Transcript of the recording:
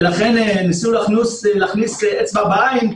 ולכן הם ניסו להכניס אצבע לעין.